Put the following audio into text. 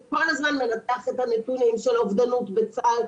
כל הזמן מנתח את הנתונים שלו אובדנות בצה"ל.